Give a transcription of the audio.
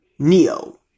Neo